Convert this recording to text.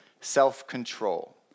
self-control